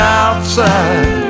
outside